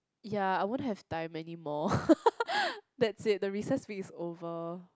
ya I won't have time anymore that's it the recess week is over